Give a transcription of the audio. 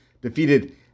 defeated